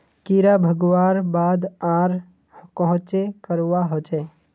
कीड़ा भगवार बाद आर कोहचे करवा होचए?